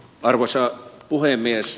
arvoisa puhemies